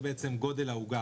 זה גודל העוגה,